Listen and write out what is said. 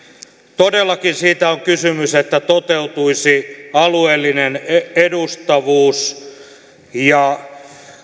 todellakin siitä on kysymys että toteutuisi alueellinen edustavuus ja